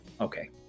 okay